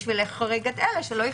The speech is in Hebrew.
כדי להחריג את אלה.